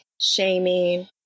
shaming